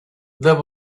there